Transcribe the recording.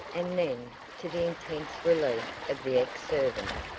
and then, to the intense relief of the ex-servant,